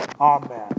Amen